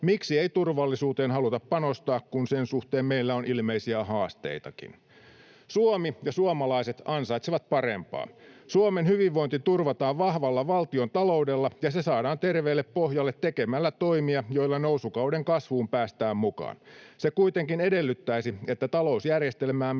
Miksi ei turvallisuuteen haluta panostaa, kun sen suhteen meillä on ilmeisiä haasteitakin? Suomi ja suomalaiset ansaitsevat parempaa. Suomen hyvinvointi turvataan vahvalla valtiontaloudella, ja se saadaan terveelle pohjalle tekemällä toimia, joilla nousukauden kasvuun päästään mukaan. Se kuitenkin edellyttäisi, että talousjärjestelmäämme